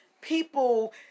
people